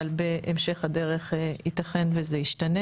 אבל בהמשך הדרך ייתכן וזה ישתנה